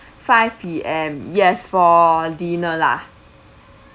five P_M yes for dinner lah